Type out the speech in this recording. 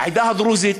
העדה הדרוזית